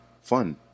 fun